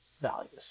values